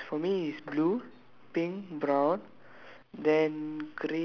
okay so if you see it's for me it's blue pink brown